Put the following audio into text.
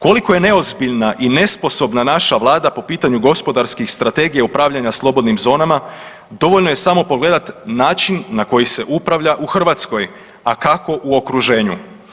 Koliko je neozbiljna i nesposobna naša vlada po pitanju gospodarskih strategija upravljanja slobodnim zonama dovoljno je samo pogledat način na koji se upravlja u Hrvatskoj, a kako u okruženju.